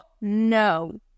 no